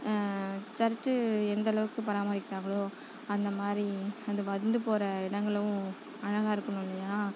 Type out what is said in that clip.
search எந்தளவுக்கு பராமரிக்கிறாங்களோ அந்த மாதிரி வந்து போகிற இடங்களும் அழகாக இருக்கணும் இல்லையா